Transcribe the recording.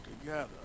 together